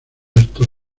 estos